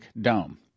dome